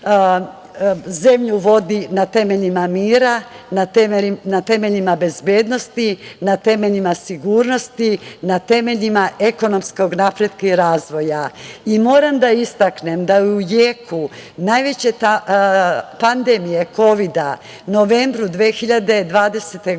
zemlju vodi na temeljima mira, na temeljima bezbednosti, na temeljima sigurnosti, na temeljima ekonomskog napretka i razvoja. Moram da istaknem da u jeku najveće pandemije kovida, u novembru 2020. godine,